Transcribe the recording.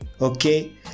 okay